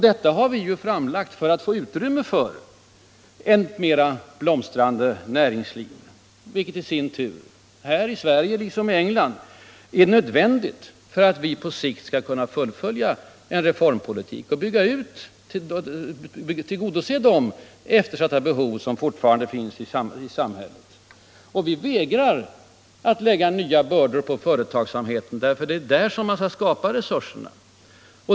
Detta har vi framlagt för att få utrymme för ett mer blomstrande näringsliv, vilket i sin tur — här i Sverige liksom i England — är nödvändigt för att vi på sikt skall kunna fullfölja en reformpolitik och tillgodose de eftersatta behov som fortfarande finns i samhället. Vi vägrar att lägga nya bördor på företagsamheten, för det är där man skall skapa resurserna.